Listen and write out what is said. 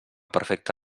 perfecte